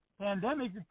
pandemic